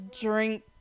drink